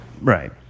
Right